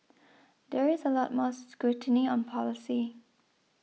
there is a lot more scrutiny on policy